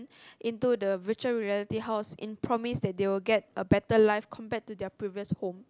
into the virtual reality house in promise that they will get a better life compared to their previous home